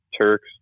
Turks